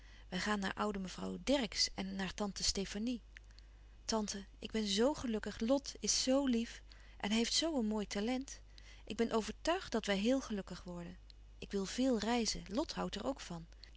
wij gaan naar oude mevrouw dercksz en naar tante stefanie tante ik ben zoo gelukkig lot is zoo lief en hij heeft zoo een mooi talent ik ben overtuigd dat wij heel gelukkig worden ik wil veel reizen lot houdt er ook van